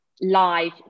live